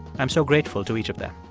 i'm so grateful to each of them